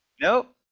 Nope